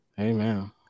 Amen